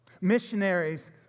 Missionaries